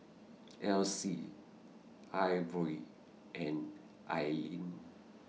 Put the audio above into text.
Alyse Ivor and Alene